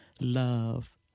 love